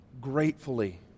gratefully